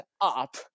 up